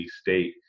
State